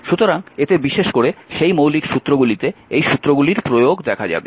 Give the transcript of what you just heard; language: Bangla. সুতরাং এতে বিশেষ করে সেই মৌলিক সুত্রগুলিতে এই সুত্রগুলির প্রয়োগ দেখা যাবে